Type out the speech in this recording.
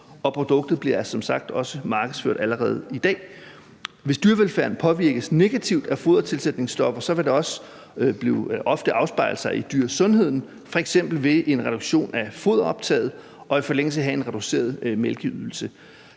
og produktet bliver som sagt også markedsført allerede i dag. Hvis dyrevelfærden påvirkes negativt af fodertilsætningsstoffer, vil det også ofte afspejle sig i dyresundheden, f.eks. ved en reduktion af foderoptaget, og i forlængelse heraf give en reduceret mælkeydelse.